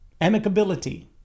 amicability